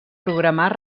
programar